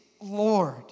Lord